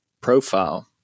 profile